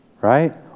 Right